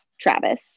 Travis